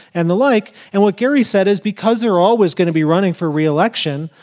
and the like. and what gary said is because they're always going to be running for re-election,